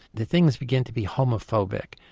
the thing is beginning to be homophobic.